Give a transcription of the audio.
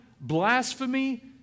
blasphemy